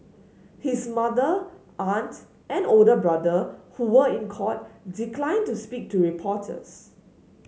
his mother aunt and older brother who were in court declined to speak to reporters